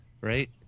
Right